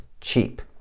cheap